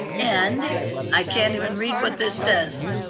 and i can't even read what this says.